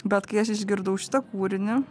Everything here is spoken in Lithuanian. bet kai aš išgirdau šitą kūrinį